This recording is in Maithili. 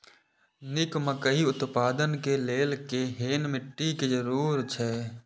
निक मकई उत्पादन के लेल केहेन मिट्टी के जरूरी छे?